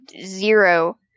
zero